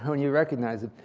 when you recognize it.